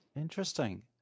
Interesting